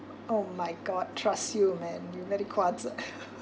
oh my god trust you man you very 夸张